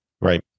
Right